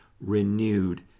renewed